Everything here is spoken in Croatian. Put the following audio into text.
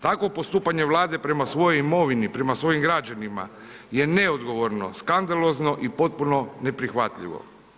Tako postupanje Vlade prema svojoj imovini, prema svojim građanima je neodgovorno, skandalozno i potpuno neprihvatljivo.